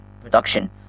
production